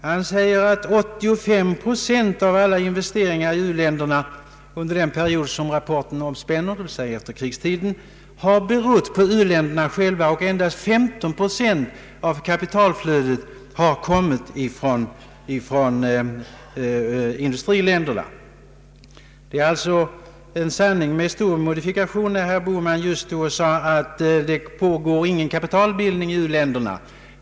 Det framgår att 85 procent av alla investeringar i u-länderna under den period rapporten omspänner, d.v.s. efterkrigstiden, har kommit från u-länderna själva, och endast 15 procent av kapitalflödet har kommit ifrån industriländerna. Det är alltså en sanning med stor modifikation när herr Bohman nyss sade att det inte pågår någon kapitalbildning i u-länderna.